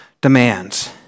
demands